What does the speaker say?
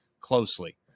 closely